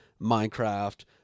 Minecraft